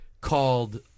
called